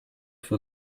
for